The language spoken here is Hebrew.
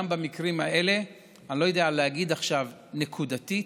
גם במקרים האלה, אני לא יודע להגיד עכשיו נקודתית.